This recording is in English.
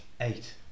Eight